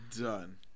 done